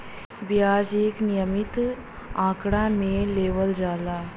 बियाज एक नियमित आंकड़ा मे लेवल जाला